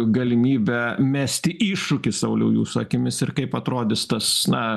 galimybę mesti iššūkį sauliau jūsų akimis ir kaip atrodys tas na